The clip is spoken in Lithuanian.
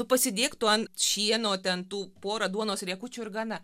pasidėk tu ant šieno ten tų porą duonos riekučių ir gana